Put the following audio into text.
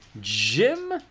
Jim